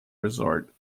resort